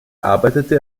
arbeitete